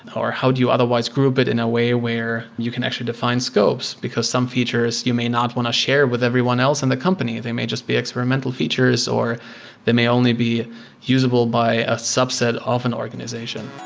or how do you otherwise group it in a way where you can actually define scopes? because some features, you may not want to share with everyone else in the company. they may just be experimental features or that may only be usable by a subset of an organization